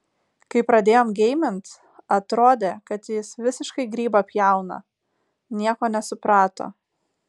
kai pradėjom geimint atrodė kad jis visiškai grybą pjauna nieko nesuprato